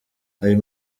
ayo